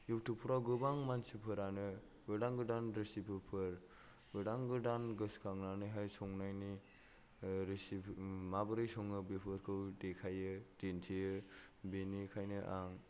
युतुबफोराव गोबां मानसिफोरानो गोदान गोदान रेसिपिफोर गोदान गोदान गोसोखांनानैहाय संनायनि रेसिपि माबोरै सङो बेफोरखौ देखायो दिन्थियो बेनिखायनो आं